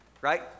right